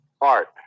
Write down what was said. art